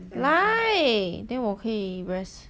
来 then 我可以 rest